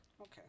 Okay